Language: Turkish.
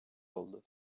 oldu